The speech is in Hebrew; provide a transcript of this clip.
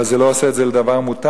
אבל זה לא עושה את זה לדבר מותר.